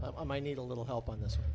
i need a little help on this